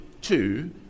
two